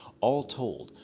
all told,